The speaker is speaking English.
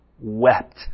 wept